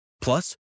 Plus